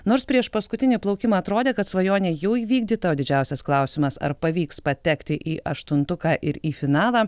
nors prieš paskutinį plaukimą atrodė kad svajonė jau įvykdyta o didžiausias klausimas ar pavyks patekti į aštuntuką ir į finalą